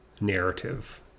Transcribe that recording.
narrative